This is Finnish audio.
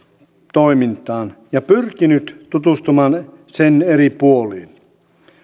toimintaan ja pyrkinyt tutustumaan sen eri puoliin